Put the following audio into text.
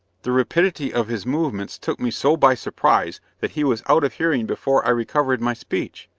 the rapidity of his movements took me so by surprise that he was out of hearing before i recovered my speech.